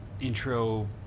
intro